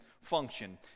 function